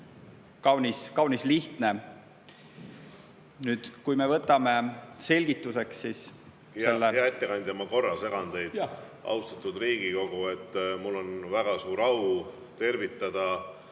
kaunis lihtne. Nüüd, kui me võtame selgituseks … Hea ettekandja, ma korra segan teid. Austatud Riigikogu! Mul on väga suur au tervitada